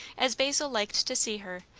as basil liked to see her,